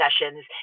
sessions